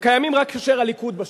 הם קיימים רק כאשר הליכוד בשלטון.